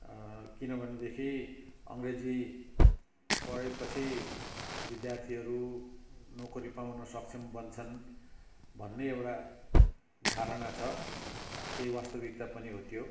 किनभनेदेखि अङ्ग्रेजी पढ्योपछि विद्यार्थीहरू नोकरी पाउन सक्षम बन्छन् भन्ने एउटा धारणा छ केही वास्तविकता पनि हो त्यो